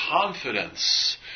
confidence